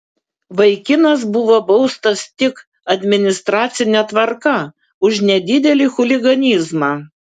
vaikinas buvo baustas tik administracine tvarka už nedidelį chuliganizmą